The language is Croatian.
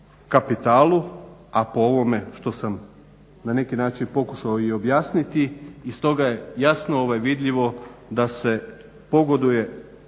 kapitalu, a po ovome što sam na neki način pokušao i objasniti, iz toga je jasno vidljivo da se pogoduje